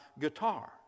guitar